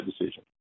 decision